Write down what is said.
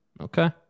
Okay